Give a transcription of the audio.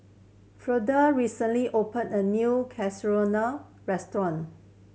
recently opened a new Chigenabe Restaurant